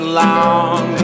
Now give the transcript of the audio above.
long